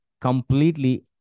completely